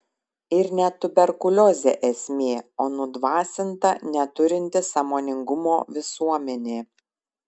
ir ne tuberkuliozė esmė o nudvasinta neturinti sąmoningumo visuomenė